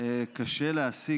קשה להסיק,